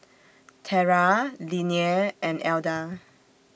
Tera Linnea and Elda